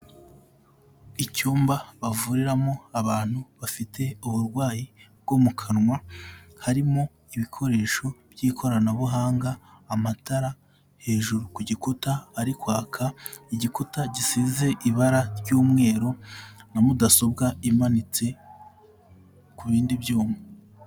Icyumba bavuriramo abantu bafite uburwayi bwo mu kanwa, harimo ibikoresho by'ikoranabuhanga, amatara hejuru ku gikuta ari kwaka, igikuta gisize ibara ry'umweru na mudasobwa imanitse ku bindi byuma.